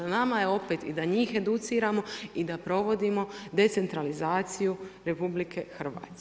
Na nama je opet i da njih educiramo i da provodimo decentralizaciju RH.